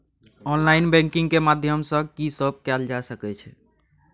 Online banking के माध्यम सं की सब कैल जा सके ये?